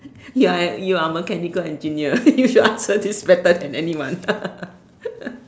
you're you're a mechanical engineer you should answer this better than anyone